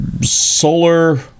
solar